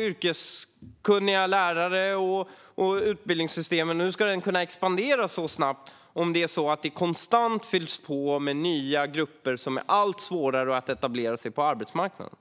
yrkeskunniga lärare ifrån, och hur ska utbildningssystemen kunna expandera så snabbt om det konstant fylls på med nya grupper som har allt svårare att etablera sig på arbetsmarknaden?